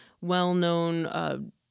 well-known